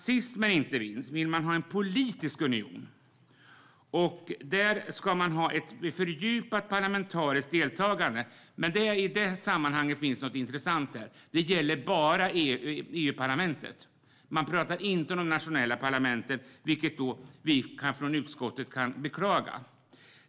Sist men inte minst vill man ha en politisk union med ett fördjupat parlamentariskt deltagande. Det som är intressant i sammanhanget är att det bara gäller EU-parlamentet. Man pratar inte om de nationella parlamenten, vilket vi i utskottet kan beklaga.